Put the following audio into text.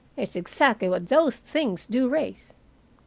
it's exactly what those things do raise.